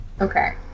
Okay